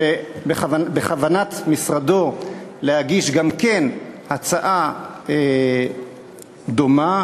שבכוונת משרדו להגיש גם כן הצעה דומה,